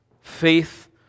faith